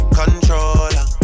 controller